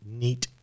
neat